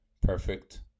Perfect